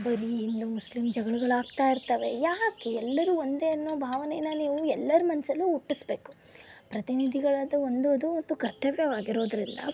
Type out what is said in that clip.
ಬರೀ ಹಿಂದೂ ಮುಸ್ಲಿಂ ಜಗಳಗಳು ಆಗ್ತಾ ಇರ್ತವೆ ಯಾಕೆ ಎಲ್ಲರೂ ಒಂದೇ ಎನ್ನುವ ಭಾವನೆ ನೀವು ಎಲ್ಲರ ಮನಸ್ಸಲ್ಲೂ ಹುಟ್ಟಿಸಬೇಕು ಪ್ರತಿನಿಧಿಗಳ ಅದು ಒಂದು ಅದು ಒಂದು ಕರ್ತವ್ಯವಾಗಿರೋದರಿಂದ